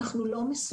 אבל אנחנו לא מסוגלים.